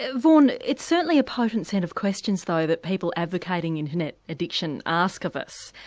ah vaughan, it's certainly a potent set of questions though that people advocating internet addiction ask of us.